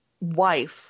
wife